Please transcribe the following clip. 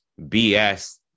BS